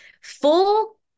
full